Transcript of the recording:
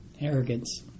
Arrogance